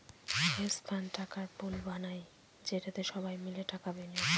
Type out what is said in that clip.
hedge fund টাকার pool বানায় যেটাতে সবাই মিলে টাকা বিনিয়োগ করে